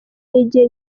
n’igihe